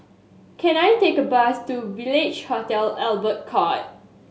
can I take a bus to Village Hotel Albert Court